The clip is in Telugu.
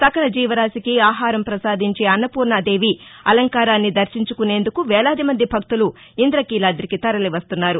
సకల జీవరాశికి ఆహారం పసాదించే అన్నపూర్ణాదేవి అలంకారాన్ని దర్శించుకునేందుకు వేలాదిమంది భక్తులు ఇంద్రకీలాదికి తరలి వస్తున్నారు